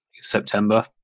September